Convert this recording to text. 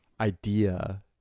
idea